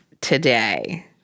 today